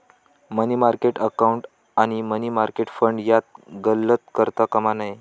मनी market account आणि money market fund यात गल्लत करता कामा नये